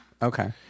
Okay